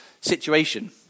situation